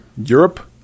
Europe